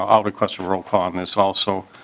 i requested rollcall on this also.